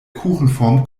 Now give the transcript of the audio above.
kuchenform